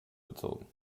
bezogen